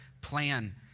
plan